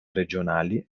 regionali